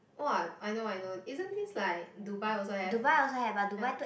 !wah! I know I know isn't this like Dubai also have ya